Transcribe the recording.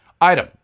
Item